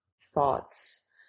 thoughts